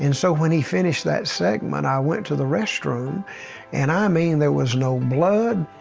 and so when he finished that segment, i went to the restroom and i mean, there was no blood.